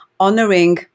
honoring